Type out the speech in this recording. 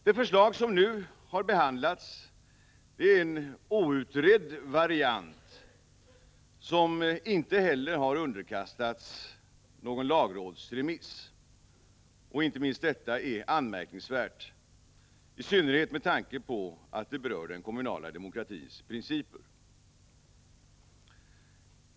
Det förslag som nu har behandlats är en outredd variant, som inte heller har underkastats lagrådsremiss. Inte minst detta är anmärkningsvärt, i synnerhet med tanke på att det berör den kommunala demokratins principer.